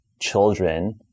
children